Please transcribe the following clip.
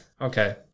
Okay